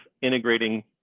integrating